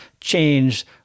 change